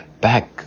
Back